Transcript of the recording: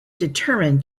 determined